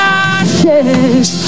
ashes